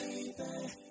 Baby